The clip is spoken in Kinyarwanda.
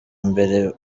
mbere